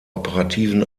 operativen